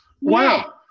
Wow